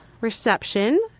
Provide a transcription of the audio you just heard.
reception